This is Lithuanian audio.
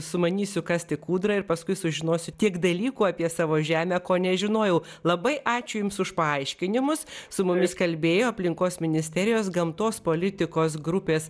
sumanysiu kasti kūdrą ir paskui sužinosiu tiek dalykų apie savo žemę ko nežinojau labai ačiū jums už paaiškinimus su mumis kalbėjo aplinkos ministerijos gamtos politikos grupės